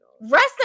Rest